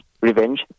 revenge